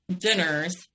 dinners